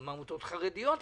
או מעמותות חרדיות לקבל,